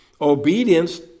obedience